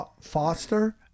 Foster